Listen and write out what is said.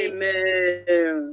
Amen